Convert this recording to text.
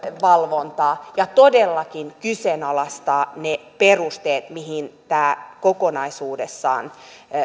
ja todellakin kyseenalaistaa ne perusteet mihin tämä kokonaisuudessaan